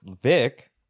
Vic